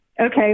okay